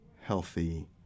healthy